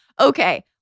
Okay